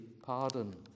pardon